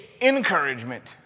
encouragement